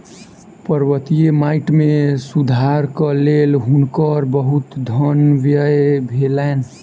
पर्वतीय माइट मे सुधारक लेल हुनकर बहुत धन व्यय भेलैन